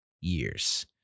years